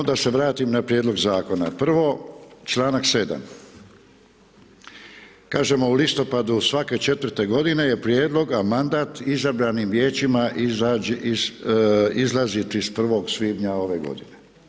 No da se vratim na prijedlog zakona, prvo članak 7. Kažemo u listopadu svake 4.-te godine je prijedlog a mandat izabranim vijećima izlazi 31. svibnja ove godine.